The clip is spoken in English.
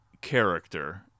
character